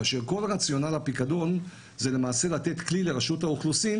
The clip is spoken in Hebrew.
כאשר כל רציונל הפיקדון זה למעשה לתת כלי לרשות האוכלוסין